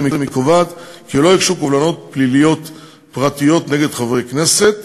קובעת כי לא יוגשו קובלנות פליליות פרטיות נגד חברי הכנסת.